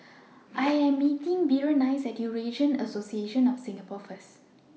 I Am meeting Berenice At Eurasian Association of Singapore First